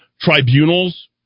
tribunals